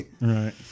Right